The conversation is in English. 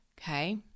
Okay